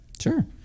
Sure